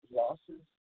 losses